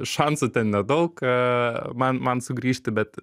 šansų ten nedaug man man sugrįžti bet